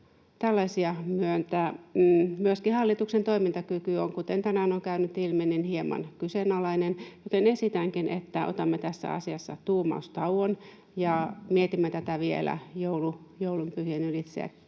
tällaisia myöntää. Myöskin hallituksen toimintakyky on, kuten tänään on käynyt ilmi, hieman kyseenalainen. Esitänkin, että otamme tässä asiassa tuumaustauon ja mietimme tätä vielä joulunpyhien ylitse